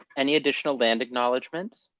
any additional land acknowledgement.